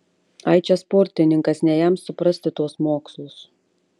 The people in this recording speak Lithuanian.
ai čia sportininkas ne jam suprasti tuos mokslus